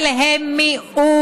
אבל הם מיעוט.